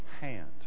hand